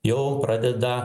jau pradeda